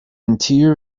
interior